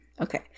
Okay